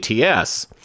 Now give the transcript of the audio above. ATS